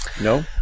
no